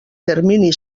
termini